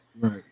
Right